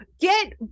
get